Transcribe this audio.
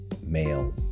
male